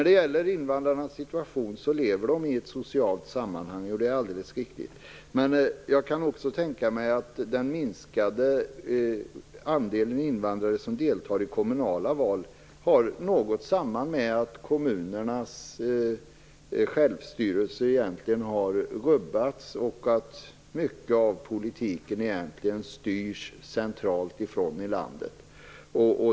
Det är alldeles riktigt att invandrarna lever i ett socialt sammanhang. Jag kan också tänka mig att den minskade andelen invandrare som deltar i kommunala val har något samband med att kommunernas självstyre egentligen har rubbats och att mycket av politiken egentligen styrs centralt i landet.